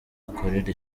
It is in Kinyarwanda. akorera